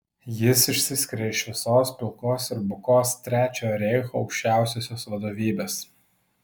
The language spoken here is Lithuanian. jis išsiskiria iš visos pilkos ir bukos trečiojo reicho aukščiausiosios vadovybės